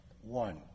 one